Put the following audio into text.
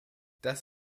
das